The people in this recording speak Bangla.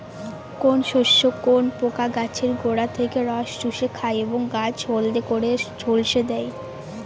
কোন শস্যে কোন পোকা গাছের গোড়া থেকে রস চুষে খায় এবং গাছ হলদে করে ঝলসে দেয়?